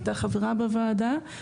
הייתה חברה בוועדה.